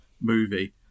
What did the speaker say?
movie